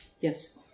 yes